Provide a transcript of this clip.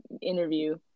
interview